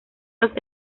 los